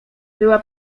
była